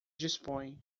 dispõe